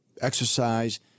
exercise